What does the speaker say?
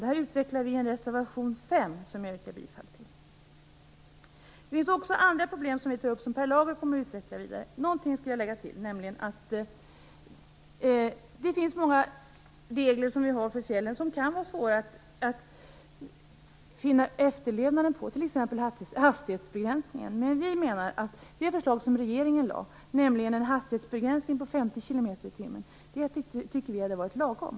Det här utvecklar vi i reservation 5, som jag yrkar bifall till. Vi tar också upp andra problem som Per Lager kommer att utveckla vidare, men någonting skall jag lägga till. Det finns många regler för fjällen som kan vara svåra att finna efterlevnad av, t.ex. hastighetsbegränsningen. Men det förslag som regeringen lade fram, nämligen en hastighetsbegränsning på 50 km/tim, tycker vi hade varit lagom.